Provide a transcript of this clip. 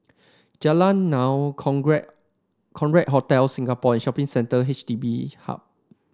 Jalan Naung Hotel Singapore and Shopping Centre H D B Hub